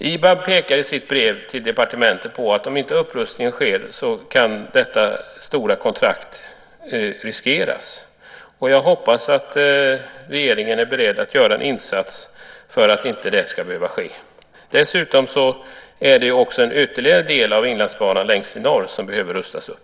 IBAB pekar i sitt brev till departementet på att om inte upprustning sker kan detta stora kontrakt riskeras. Jag hoppas att regeringen är beredd att göra en insats för att kontraktet inte ska behöva äventyras. Dessutom behöver en ytterligare del av Inlandsbanan, längst upp i norr, rustas upp.